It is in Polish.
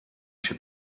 się